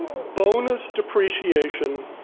bonus depreciation